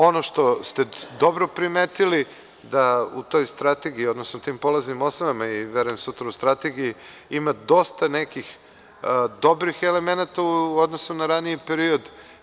Ono što ste dobro primetili da u toj strategiji, odnosno tim polaznim osnovama i verujem sutra u strategiji ima dosta nekih dobrih elemenata u odnosu na raniji period.